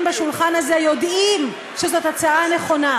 בשולחן הזה יודעים שזאת הצעה נכונה.